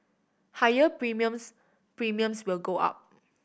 higher premiums Premiums will go up